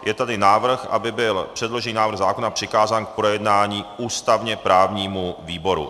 Je tady návrh, aby byl předložený návrh zákona přikázán k projednání ústavněprávnímu výboru.